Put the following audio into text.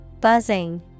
Buzzing